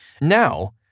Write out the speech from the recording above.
Now